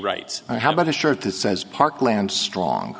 rights how about a shirt that says parkland strong